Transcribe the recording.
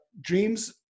dreams